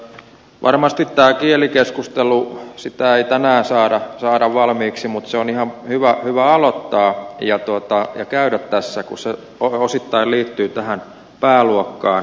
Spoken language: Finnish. varmasti tätä kielikeskustelua ei tänään saada valmiiksi mutta se on ihan hyvä aloittaa ja käydä tässä kun se osittain liittyy tähän pääluokkaan